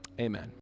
Amen